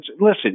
Listen